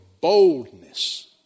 boldness